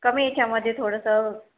कमी ह्याच्यामध्ये थोडंसं त्या